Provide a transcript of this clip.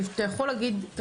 אתה יכול להגיד דברים,